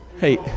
Hey